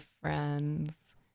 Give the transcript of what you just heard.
friends